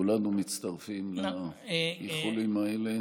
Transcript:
כולנו מצטרפים לאיחולים האלה.